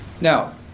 Now